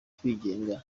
kwigenga